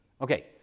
Okay